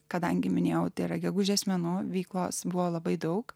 kadangi minėjau tėra gegužės mėnuo veiklos buvo labai daug